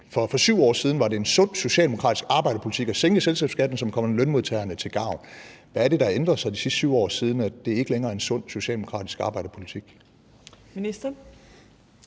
For 7 år siden var det en sund socialdemokratisk arbejderpolitik at sænke selskabsskatten, så det kom lønmodtagerne til gavn. Hvad er det, der har ændret sig i de sidste 7 år, siden det ikke længere er sund socialdemokratisk arbejderpolitik? Kl.